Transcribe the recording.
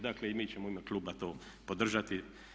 Dakle i mi ćemo u ime kluba to podržati.